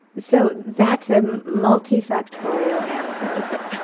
so that's a multifactorial answer. okay.